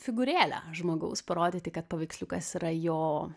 figūrėlę žmogaus parodyti kad paveiksliukas yra jo